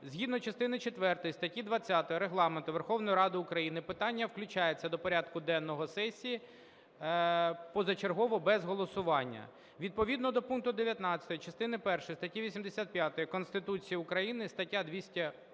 Згідно частини четвертої статті 20 Регламенту Верховної Ради України питання включається до порядку денного сесії позачергово без голосування. Відповідно до пункту 19 частини першої статті 85 Конституції України, стаття 210